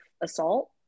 assault